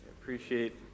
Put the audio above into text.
appreciate